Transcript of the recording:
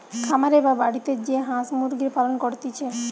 খামারে বা বাড়িতে যে হাঁস মুরগির পালন করতিছে